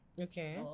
Okay